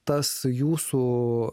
tas jūsų